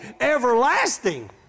everlasting